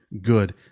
good